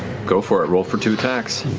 go for it. roll for two attacks.